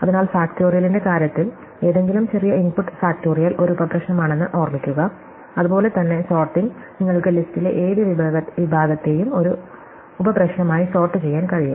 അതിനാൽ ഫാക്റ്റോറിയലിന്റെ കാര്യത്തിൽ ഏതെങ്കിലും ചെറിയ ഇൻപുട്ട് ഫാക്റ്റോറിയൽ ഒരു ഉപപ്രശ്നമാണെന്ന് ഓർമ്മിക്കുക അതുപോലെ തന്നെ സോർട്ടിംഗ് നിങ്ങൾക്ക് ലിസ്റ്റിലെ ഏത് വിഭാഗത്തെയും ഒരു ഉപ പ്രശ്നമായി സോർട്ട് ചെയ്യാൻ കഴിയും